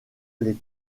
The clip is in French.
les